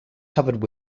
covered